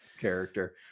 character